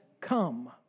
come